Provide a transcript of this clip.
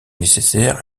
nécessaires